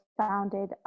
founded